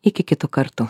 iki kitų kartų